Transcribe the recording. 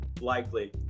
likely